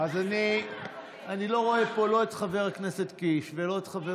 אני לא רואה פה לא את חבר הכנסת קיש ולא את חבר